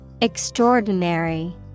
Extraordinary